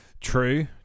true